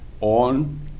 on